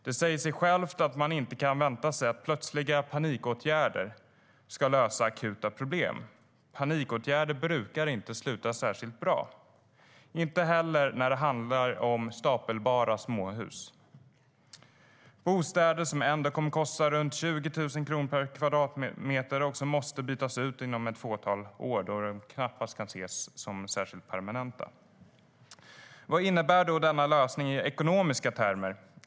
Det säger sig självt att man inte kan vänta sig att plötsliga panikåtgärder ska lösa akuta problem - panikåtgärder brukar inte sluta särskilt bra, inte heller när det handlar om stapelbara småhus. Det är bostäder som ändå kommer att kosta runt 20 000 kronor per kvadratmeter och som måste bytas ut inom ett fåtal år, då de knappast kan ses som särskilt permanenta. Vad innebär då denna lösning i ekonomiska termer?